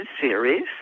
series